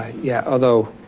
yeah, although,